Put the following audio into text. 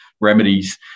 remedies